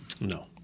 No